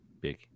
Big